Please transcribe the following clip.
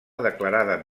declarada